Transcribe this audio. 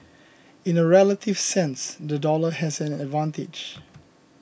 in a relative sense the dollar has an advantage